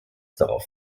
darauf